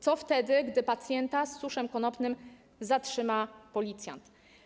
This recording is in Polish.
Co wtedy, gdy pacjenta z suszem konopnym zatrzyma policjant?